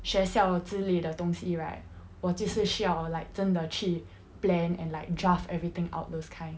学校之类的东西 right 我就是需要 like 真的去 plan and like draft everything out those kind